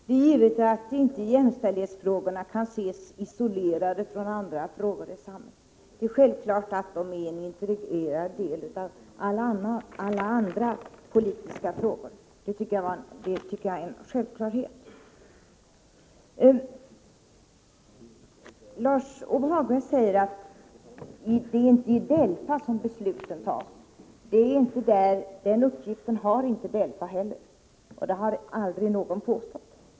Herr talman! Det är givet att jämställdhetsfrågorna inte kan ses isolerade från andra frågor i samhället. De är en integrerad del i alla andra politiska frågor — det tycker jag är en självklarhet. Lars-Ove Hagberg säger att det inte är i DELFA som de viktiga besluten fattas. Den uppgiften har DELFA inte heller, och det har aldrig någon påstått.